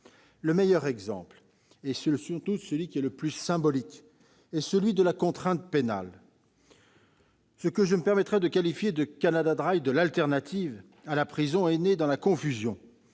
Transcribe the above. Le meilleur exemple, le plus symbolique, est celui de la contrainte pénale. Ce que je me permets de qualifier de « Canada Dry de l'alternative à la prison » est né dans la confusion